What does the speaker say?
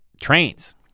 trains